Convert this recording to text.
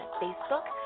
facebook